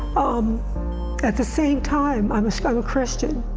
um at the same time, i'm a christian.